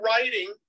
writing